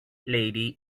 lady